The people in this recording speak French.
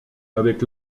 avec